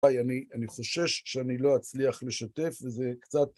ביי, אני חושש שאני לא אצליח לשתף, וזה קצת...